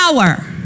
power